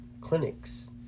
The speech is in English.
clinics